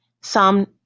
Psalm